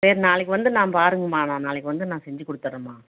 சரி நாளைக்கு வந்து நாங்கள் பாருங்கம்மா நான் நாளைக்கு வந்து நான் செஞ்சு கொடுத்தர்றேம்மா